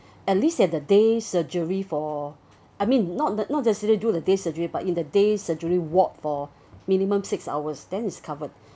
at least at the day surgery for I mean not that not that serious do the day surgery but in the day surgery ward for minimum six hours then is covered